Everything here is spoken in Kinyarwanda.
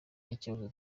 n’ikibazo